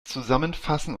zusammenfassen